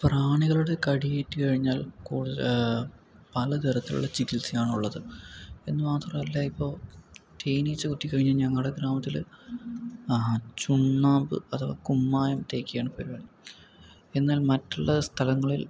പ്രാണികളുടെ കടിയേറ്റു കഴിഞ്ഞാൽ പലതരത്തിലുള്ള ചികിത്സയാണ് ഉള്ളത് എന്നു മാത്രമല്ല ഇപ്പോൾ തേനീച്ച കുത്തിക്കഴിഞ്ഞാൽ ഞങ്ങളുടെ ഗ്രാമത്തിൽ ചുണ്ണാമ്പ് അഥവാ കുമ്മായം തേക്കുകയാണ് പരുപാടി എന്നാൽ മറ്റുള്ള സ്ഥലങ്ങളിൽ